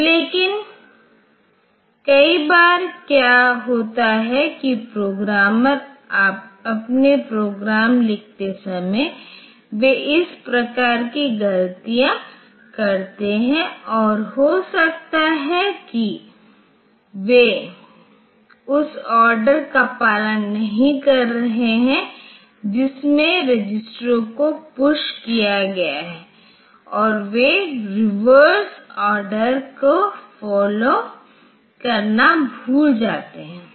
तो लेकिन कई बार क्या होता है कि प्रोग्रामर अपने प्रोग्राम लिखते समय वे इस प्रकार की ग़लतियाँ करते हैं और हो सकता है कि वे उस ऑर्डर का पालन नहीं कर रहे हैं जिसमें रजिस्टरों को पुष किया गया है और वे रिवर्स ऑर्डर को फॉलो करना भूल जाते हैं